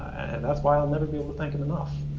and that's why i'll never be able to thank him enough.